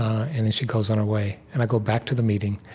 and then she goes on her way. and i go back to the meeting,